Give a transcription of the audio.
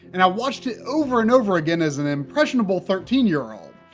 and i watched it over and over again as an impressionable thirteen year old.